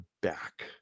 back